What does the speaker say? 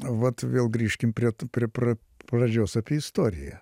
vat vėl grįžkim prie t prie pra pradžios apie istoriją